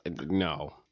No